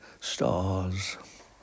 stars